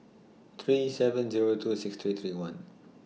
three seven Zero two six three three one